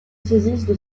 saisissent